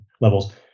levels